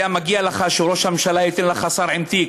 היה מגיע לך שראש הממשלה ייתן לך שר עם תיק.